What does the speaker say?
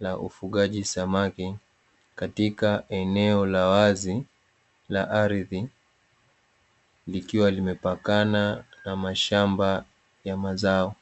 la ufugaji samaki katika eneo la wazi la ardhi likiwa limepakana na mashamba ya mazao.